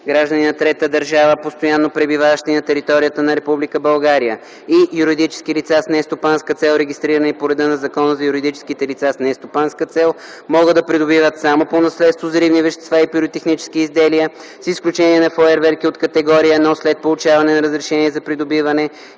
граждани на трета държава, постоянно пребиваващи на територията на Република България и юридически лица с нестопанска цел, регистрирани по реда на Закона за юридическите лица с нестопанска цел, могат да придобиват само по наследство взривни вещества и пиротехнически изделия, с изключение на фойерверки от категория 1, след получаване на разрешение за придобиване,